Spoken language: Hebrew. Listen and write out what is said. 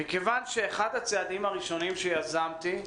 מכיוון שאחד הצעדים הראשונים שיזמתי,